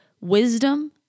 wisdom